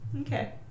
okay